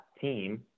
team